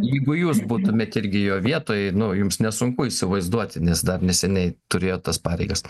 jeigu jūs būtumėt irgi jo vietoj nu jums nesunku įsivaizduoti nes dar neseniai turėjot tas pareigas